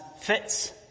fits